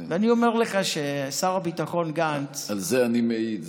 ואני אומר לך ששר הביטחון גנץ, על זה אני מעיד.